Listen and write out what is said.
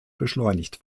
beschleunigt